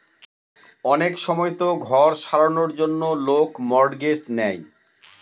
অনেক সময়তো ঘর সারানোর জন্য লোক মর্টগেজ নেয়